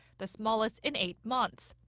the smallest in eight months.